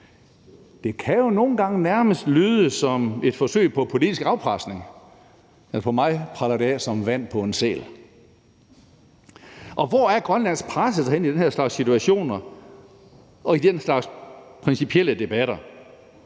Det kan jo nogle gange nærmest lyde som et forsøg på politisk afpresning, men på mig preller det af som vand på en sæl. Hvor er Grønlands presse så henne i den her slags situationer og i den slags principielle debatter?